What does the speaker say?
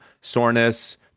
soreness